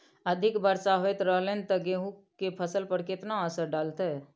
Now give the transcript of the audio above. अधिक वर्षा होयत रहलनि ते गेहूँ के फसल पर केतना असर डालतै?